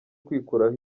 kwikuraho